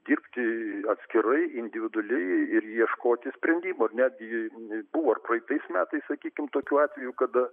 dirbti atskirai individualiai ir ieškoti sprendimų ir netgi buvo ir praeitais metais sakykim tokių atvejų kada